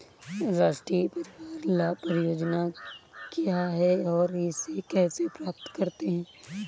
राष्ट्रीय परिवार लाभ परियोजना क्या है और इसे कैसे प्राप्त करते हैं?